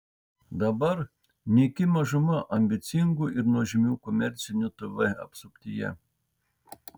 dabar nyki mažuma ambicingų ir nuožmių komercinių tv apsuptyje